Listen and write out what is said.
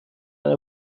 eine